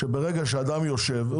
ברגע שאדם יושב,